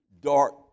dark